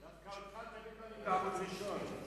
דווקא אותך תמיד מראים בערוץ ראשון.